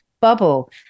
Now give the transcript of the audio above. Bubble